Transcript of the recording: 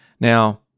Now